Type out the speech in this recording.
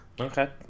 Okay